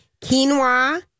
Quinoa